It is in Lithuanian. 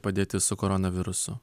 padėtis su koronavirusu